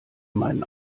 meinen